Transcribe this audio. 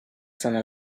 person